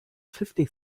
fifty